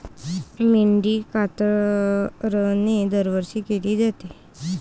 मेंढी कातरणे दरवर्षी केली जाते